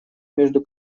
между